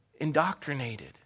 indoctrinated